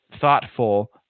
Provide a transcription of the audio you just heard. thoughtful